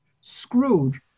Scrooge